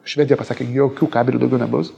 švedija pasakė jokių kabelių daugiau nebus